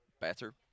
better